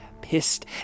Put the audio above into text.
pissed